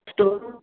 storeroom